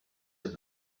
have